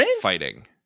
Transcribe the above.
fighting